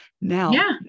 Now